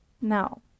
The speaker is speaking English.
Now